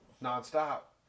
Non-stop